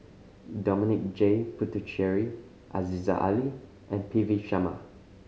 Dominic J Puthucheary Aziza Ali and P V Sharma